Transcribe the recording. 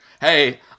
Hey